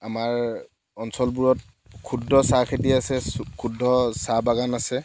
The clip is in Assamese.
আমাৰ অঞ্চলবোৰত ক্ষুদ্ৰ চাহ খেতি আছে ক্ষুদ্ৰ চাহ বাগান আছে